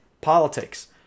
politics